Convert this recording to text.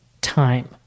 time